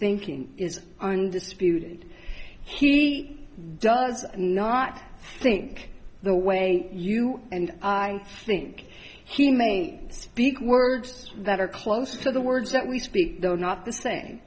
thinking is undisputed he does not think the way you and i think he may speak words that are close to the words that we speak though not